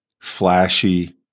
flashy